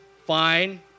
Fine